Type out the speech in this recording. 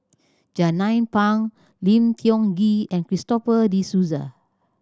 Jernnine Pang Lim Tiong Ghee and Christopher De Souza